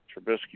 Trubisky